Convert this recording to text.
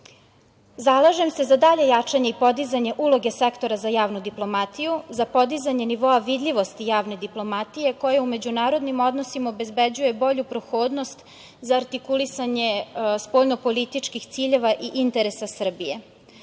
se za dalje jačanje i podizanje uloge Sektora za javnu diplomatiju, za podizanje nivoa vidljivosti javne diplomatije koji u međunarodnim odnosima obezbeđuje bolju prohodnost za artikulisanje spoljno-političkih ciljeva i interesa